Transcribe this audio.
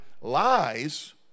lies